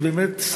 באמת,